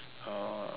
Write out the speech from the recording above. so